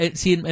see